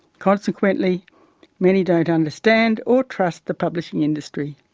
consequently many don't understand or trust the publishing industry.